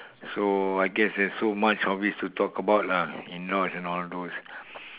so I guess there's so much of it to talk about lah you know in all those